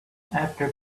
after